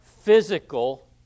physical